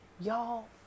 Y'all